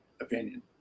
opinion